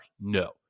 No